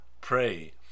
pray